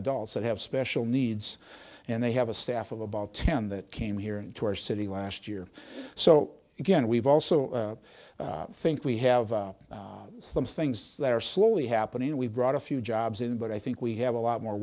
adults that have special needs and they have a staff of about ten that came here into our city last year so again we've also i think we have some things that are slowly happening and we've brought a few jobs in but i think we have a lot more